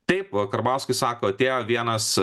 taip va karbauskis sako atėjo vienas